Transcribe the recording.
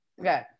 Okay